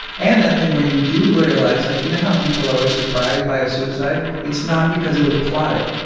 and that thing where you do realize, like you know how people are always surprised by a suicide? it's not because it was plotted,